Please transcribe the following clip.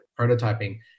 prototyping